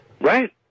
Right